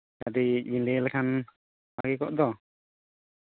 ᱠᱟᱹᱴᱤᱡ ᱵᱮᱱ ᱞᱟᱹᱭ ᱞᱮᱠᱷᱟᱱ ᱵᱷᱟᱹᱜᱤ ᱠᱚᱜ ᱫᱚ